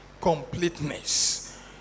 Completeness